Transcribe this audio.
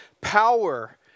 power